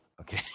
Okay